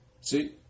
See